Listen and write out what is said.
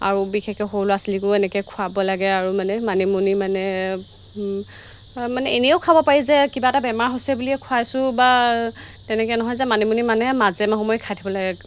আৰু বিশেষকৈ সৰু ল'ৰা ছোৱালীকো এনেকৈ খোৱাব লাগে আৰু মানে মানিমুনি মানে মানে এনেও খাব পাৰি যে কিবা এটা বেমাৰ হৈছে বুলিয়ে খুৱাইছোঁ বা তেনেকৈ নহয় যে মানিমুনি মানে মাজে সময়ে খাই থাকিব লাগে